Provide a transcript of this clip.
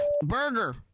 Burger